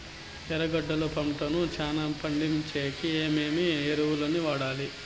ఎర్రగడ్డలు పంటను చానా పండించేకి ఏమేమి ఎరువులని వాడాలి?